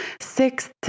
six